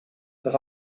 that